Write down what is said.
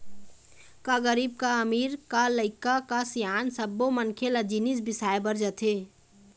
का गरीब का अमीर, का लइका का सियान सब्बो मनखे ल जिनिस बिसाए बर जाथे